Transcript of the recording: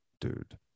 Dude